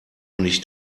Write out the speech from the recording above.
nicht